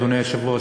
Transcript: אדוני היושב-ראש,